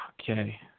okay